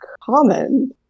common